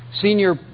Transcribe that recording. senior